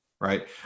right